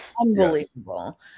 unbelievable